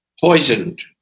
poisoned